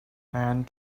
and